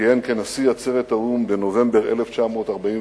שכיהן כנשיא עצרת האו"ם בנובמבר 1947,